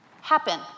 happen